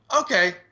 Okay